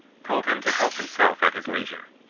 told him to help himself at his leisure.